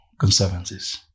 conservancies